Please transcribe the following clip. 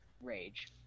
rage